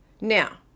Now